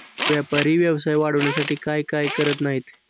व्यापारी व्यवसाय वाढवण्यासाठी काय काय करत नाहीत